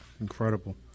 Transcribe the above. Incredible